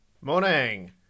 Morning